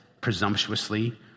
presumptuously